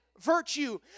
virtue